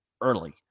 early